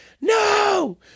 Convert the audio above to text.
No